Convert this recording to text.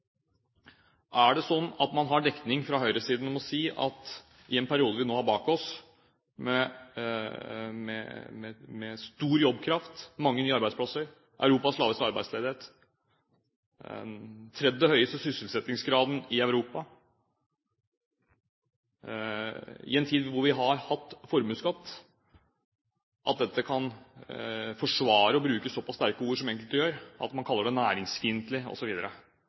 Er det sånn at man fra høyresiden har dekning for å si: I en periode vi nå har bak oss, med stor jobbkraft, mange nye arbeidsplasser, Europas laveste arbeidsledighet, den tredje høyeste sysselsettingsgraden i Europa – i en tid hvor vi har hatt formuesskatt – kan det forsvares å bruke såpass sterke ord som enkelte gjør, å kalle det næringsfiendtlig,